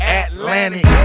atlantic